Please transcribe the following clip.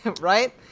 right